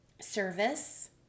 service